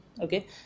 okay